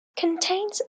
contains